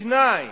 בתנאי